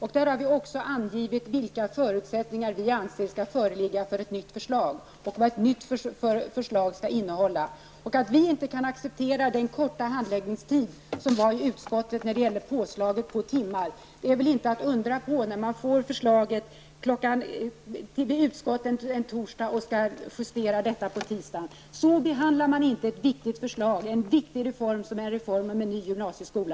Där har vi också angivit vilka förutsättningar vi anser skall föreligga för ett nytt förslag och vad ett nytt förslag skall innehålla. Att vi inte kan acceptera den korta handläggningstiden i utskottet när det gäller utökningen av antalet timmar är väl inte att undra på när man får förslaget till utskottet en torsdag och skall justera betänkandet följande tisdag. Så behandlar man inte ett viktigt förslag, en viktig reform om en ny gymnasieskola.